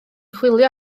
chwilio